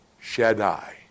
Shaddai